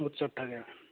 উৎসৱ থাকে